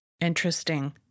Interesting